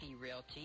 Realty